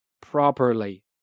properly